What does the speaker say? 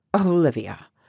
Olivia